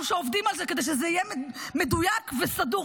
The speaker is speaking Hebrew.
שעובדים על זה כדי שזה יהיה מדויק וסדור,